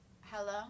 Hello